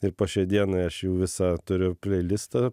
ir po šiai dienai aš jų visą turiu pleilistą